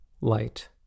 light